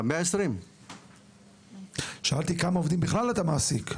120. שאלתי כמה עובדים בכלל אתה מעסיק.